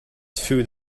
food